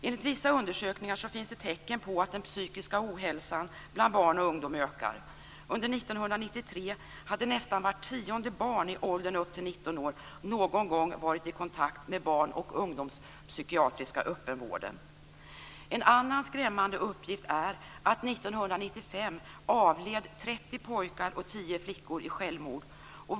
Enligt vissa undersökningar finns det tecken på att den psykiska ohälsan bland barn och ungdom ökar. 19 år någon gång varit i kontakt med barn och ungdomspsykiatriska öppenvården. En annan skrämmande uppgift är att 30 pojkar och 10 flickor år 1995 avled efter självmord.